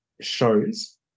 shows